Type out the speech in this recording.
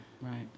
right